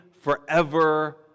forever